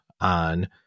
on